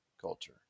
Culture